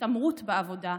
התעמרות בעבודה,